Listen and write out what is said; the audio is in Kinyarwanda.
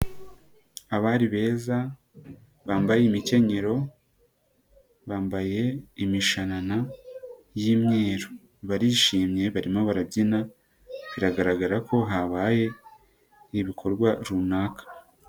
Abari beza bambaye imikenyero, bambaye imishanana y'imyeru. Barishimye barimo barabyina biragaragara ko habaye ibikorwa runaka.